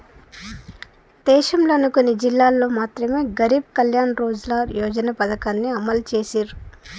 దేశంలోని కొన్ని జిల్లాల్లో మాత్రమె గరీబ్ కళ్యాణ్ రోజ్గార్ యోజన పథకాన్ని అమలు చేసిర్రు